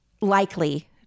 likely